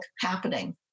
happening